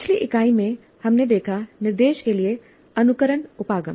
पिछली इकाई में हमने देखा निर्देश के लिए अनुकरण उपागम